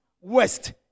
west